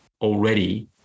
already